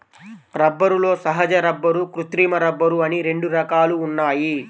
రబ్బరులో సహజ రబ్బరు, కృత్రిమ రబ్బరు అని రెండు రకాలు ఉన్నాయి